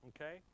Okay